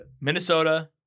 Minnesota